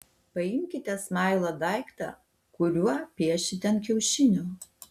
paimkite smailą daiktą kuriuo piešite ant kiaušinio